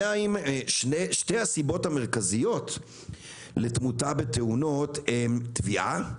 ושתי הסיבות המרכזיות לתמותה בתאונות הן טביעה,